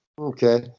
okay